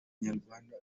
nyarwanda